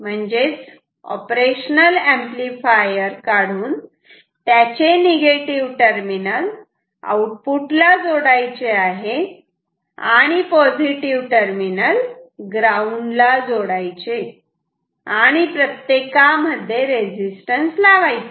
म्हणजेच operational amplifier काढून त्याचे निगेटिव्ह टर्मिनल आउटपुट ला जोडायचे आणि पॉझिटिव्ह टर्मिनल ग्राउंड ला जोडायचे आणि प्रत्येकामध्ये रेजिस्टन्स लावायचा